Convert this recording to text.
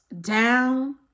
down